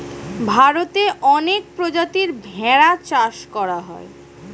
ভারতে অনেক প্রজাতির ভেড়া চাষ করা হয়